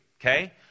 okay